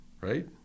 Right